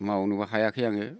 मावनोबो हायाखै आङो